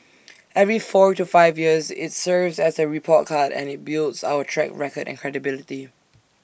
every four to five years IT serves as A report card and IT builds our track record and credibility